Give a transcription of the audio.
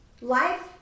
Life